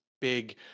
big